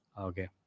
Okay